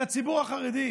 את הציבור החרדי.